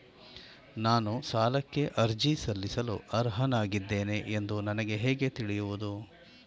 ನಾನು ಸಾಲಕ್ಕೆ ಅರ್ಜಿ ಸಲ್ಲಿಸಲು ಅರ್ಹನಾಗಿದ್ದೇನೆ ಎಂದು ನನಗೆ ಹೇಗೆ ತಿಳಿಯುವುದು?